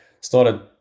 started